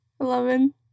Eleven